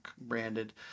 branded